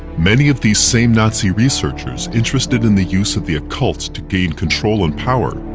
many of these same nazi researchers interested in the use of the occult to gain control and power,